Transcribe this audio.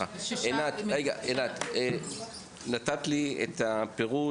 עינת, אני מבקש שתתני לנו את הפירוט